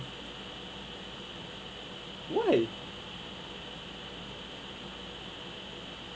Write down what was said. why